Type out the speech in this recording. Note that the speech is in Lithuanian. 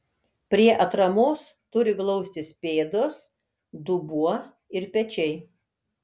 prie atramos turi glaustis pėdos dubuo ir pečiai